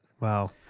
Wow